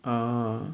uh